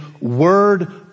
word